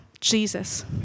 Jesus